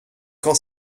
qu’en